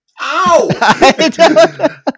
Ow